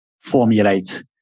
formulate